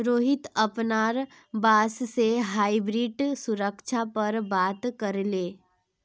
रोहित अपनार बॉस से हाइब्रिड सुरक्षा पर बात करले